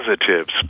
positives